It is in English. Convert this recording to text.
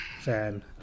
fan